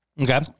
Okay